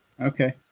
okay